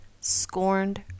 scorned